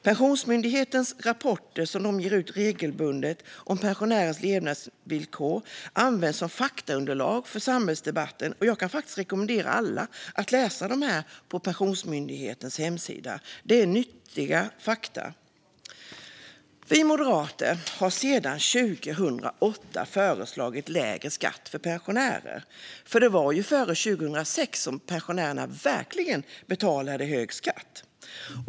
Pensionsmyndighetens rapporter om pensionärers levnadsvillkor, som de ger ut regelbundet, används som faktaunderlag för samhällsdebatten. Jag kan rekommendera alla att läsa dessa på Pensionsmyndighetens hemsida. Det är nyttiga fakta. Vi moderater har sedan 2008 föreslagit lägre skatt för pensionärer, för det var ju före 2006 som pensionärerna verkligen betalade hög skatt.